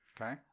Okay